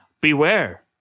Beware